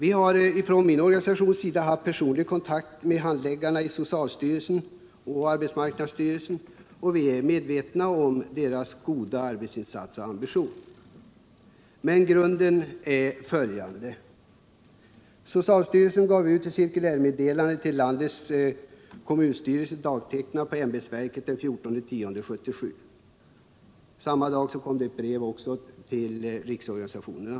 I min organisation har vi haft personlig kontakt med handläggarna i socialstyrelsen och arbetsmarknadsstyrelsen. Vi är medvetna om deras goda arbetsinsats och stora ambition. Bakgrunden till frågan är följande: Socialstyrelsen skickade ut ett cirkulärmeddelande till landets kommunstyrelser, dagtecknat den 14 oktober 1977. Samma dag kom ett brev också till riksorganisationerna.